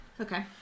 Okay